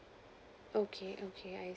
okay okay